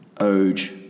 Oge